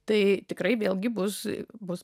tai tikrai vėlgi bus bus